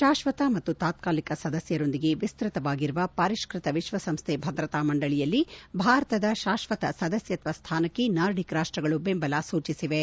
ಶಾಕ್ವತ ಮತ್ತು ತಾತ್ಕಾಲಿಕ ಸದಸ್ಟರೊಂದಿಗೆ ವಿಸ್ತತವಾಗಿರುವ ಪರಿಷ್ಟತ ವಿಶ್ವಸಂಸ್ಟೆ ಭದ್ರತಾಮಂಡಳಿಯಲ್ಲಿ ಭಾರತದ ಶಾಶ್ವತ ಸದಸ್ಯತ್ವ ಸ್ಥಾನಕ್ಕೆ ನಾರ್ಡಿಕ್ ರಾಷ್ಟಗಳು ಬೆಂಬಲ ಸೂಚಿಸಿವೆ